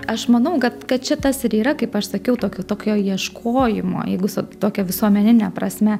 aš manau kad kad čia tas ir yra kaip aš sakiau tokio tokio ieškojimo jeigu su tokia visuomenine prasme